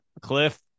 Cliff